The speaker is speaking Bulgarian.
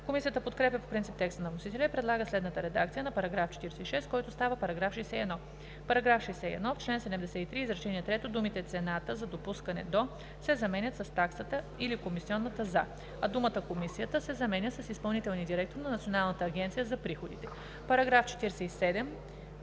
Комисията подкрепя по принцип текста на вносителя и предлага следната редакция на § 46, който става § 61: „§ 61. В чл. 73, изречение трето думите „цената за допускане до“ се заменят с „таксата или комисионната за“, а думата „Комисията“ се заменя с „изпълнителния директор на Националната агенция за приходите“.“ По § 47